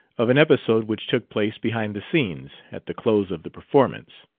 of an episode which took place, behind the scenes, at the close of the performance.